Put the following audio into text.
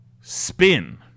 spin